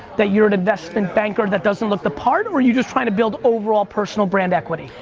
that you're an investment banker that doesn't look the part, or are you just tryin' to build overall personal brand equity?